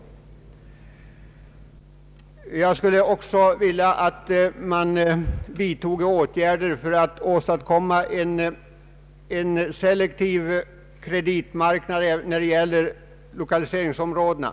Jag önskar också att det vidtas åtgärder för att åstadkomma en selektiv kreditmarknad när det gäller lokaliseringsområdena.